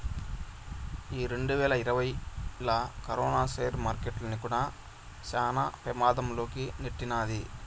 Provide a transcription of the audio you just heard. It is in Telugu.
ఈ రెండువేల ఇరవైలా కరోనా సేర్ మార్కెట్టుల్ని కూడా శాన పెమాధం లోకి నెట్టినాది